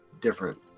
different